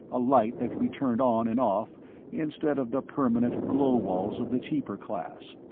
a light that could be turned on and off instead of the permanent glow-walls of the cheaper class,